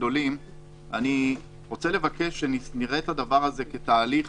אני חושב שצריך לראות את התהליך הזה כתהליך